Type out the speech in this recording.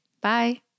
Bye